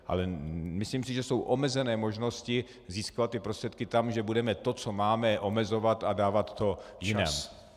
Ale myslím si, že jsou omezené možnosti získávat ty prostředky tam, že budeme to, co máme, omezovat a dávat to jinam.